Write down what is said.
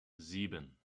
sieben